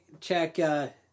check